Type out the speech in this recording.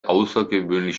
außergewöhnlich